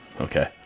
Okay